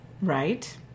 Right